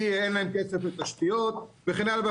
כי אין להם כסף לתשתיות וכן הלאה.